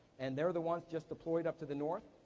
and they're the ones just deployed up to the north,